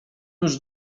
już